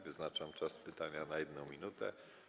Wyznaczam czas na pytania na 1 minutę.